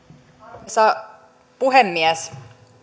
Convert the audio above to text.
arvoisa puhemies